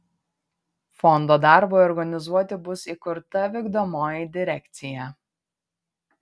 fondo darbui organizuoti bus įkurta vykdomoji direkcija